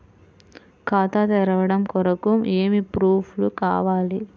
ఖాతా తెరవడం కొరకు ఏమి ప్రూఫ్లు కావాలి?